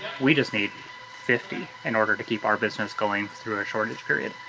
we just need fifty in order to keep our business going through our shortage period.